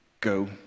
go